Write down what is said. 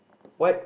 what